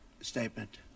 statement